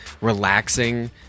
relaxing